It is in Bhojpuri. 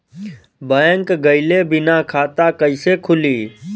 बैंक गइले बिना खाता कईसे खुली?